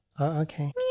Okay